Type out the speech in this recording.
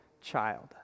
child